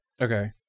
okay